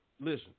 listen